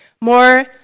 more